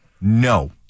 No